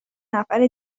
نفر